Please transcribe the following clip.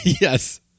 Yes